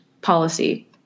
policy